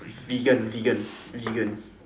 vegan vegan vegan